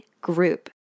group